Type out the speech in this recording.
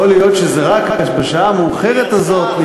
יכול להיות שזה רק בשעה המאוחרת הזאת.